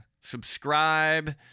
Subscribe